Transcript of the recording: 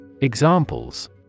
Examples